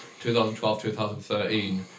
2012-2013